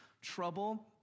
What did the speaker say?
trouble